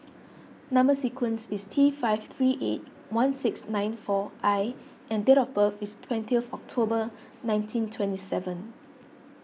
Number Sequence is T five three eight one six nine four I and date of birth is twenty of October nineteen twenty seven